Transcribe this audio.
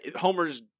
Homer's